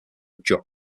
jug